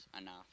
enough